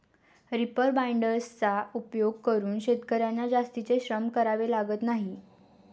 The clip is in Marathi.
रिपर बाइंडर्सचा उपयोग करून शेतकर्यांना जास्तीचे श्रम करावे लागत नाही